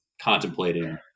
contemplating